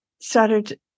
started